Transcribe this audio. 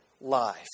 life